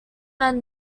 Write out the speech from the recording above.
men